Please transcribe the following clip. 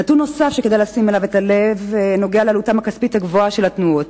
נתון נוסף שכדאי לשים לב אליו נוגע לעלותן הכספית הגבוהה של התנועות.